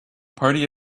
party